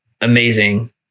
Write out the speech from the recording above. amazing